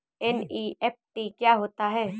NEFT क्या होता है?